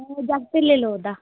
जागतै लेई लोड़दा